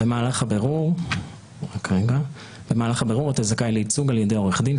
במהלך הבירור אתה זכאי לייצוג על ידי עורך דין,